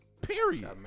Period